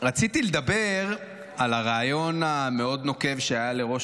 רציתי לדבר על הריאיון הנוקב מאוד שהיה לראש